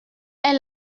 est